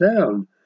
down